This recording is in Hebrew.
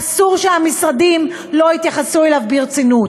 אסור שהמשרדים לא יתייחסו אליו ברצינות.